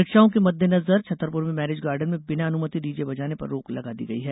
परीक्षाओं के मद्दें नजर छतरपुर में मैरिज गार्डन में बिना अनुमति डीजे बजाने पर रोक लगा दी गई है